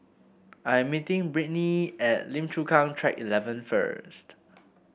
I'm meeting Brittnee at Lim Chu Kang Track Eleven first